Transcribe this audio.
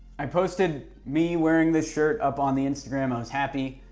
i posted me wearing this shirt up on the instagram, i was happy.